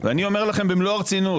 ואני אומר לכם במלוא הרצינות,